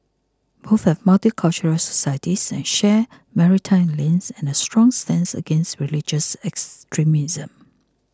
both have multicultural societies and share maritime links and a strong stance against religious extremism